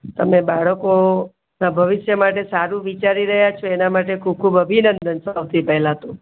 તમે બાળકોના ભવિષ્ય માટે સારું વિચારી રહ્યા છો એના માટે ખૂબ ખૂબ અભિનંદન સૌથી પહેલાં તો